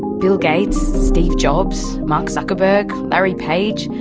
bill gates, steve jobs, mark zuckerberg, larry page,